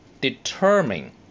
determine